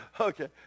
okay